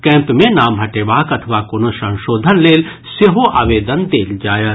camp मे नाम हटेबाक अथवा कोनो संशोधन लेल सेहो आवेदन देल जायत